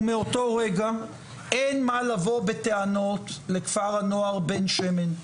ומאותו רגע אין מה לבוא בטענות לכפר הנוער בן שמן,